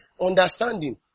Understanding